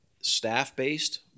staff-based